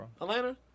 Atlanta